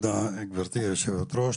תודה גברתי יושבת הראש.